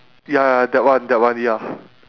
ya that one that one ya